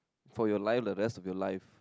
for your life the rest of your life